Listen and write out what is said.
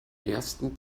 ersten